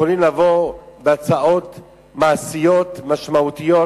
יכולים לבוא בהצעות מעשיות, משמעותיות,